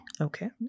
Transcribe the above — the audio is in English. Okay